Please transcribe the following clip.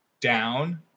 down